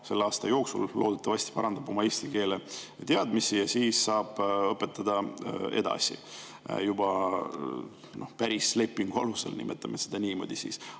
selle aasta jooksul – loodetavasti parandab – oma eesti keele teadmisi ja saab õpetada edasi juba päris lepingu alusel, nimetame seda niimoodi,